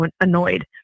annoyed